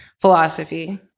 Philosophy